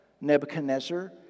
Nebuchadnezzar